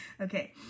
okay